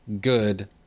good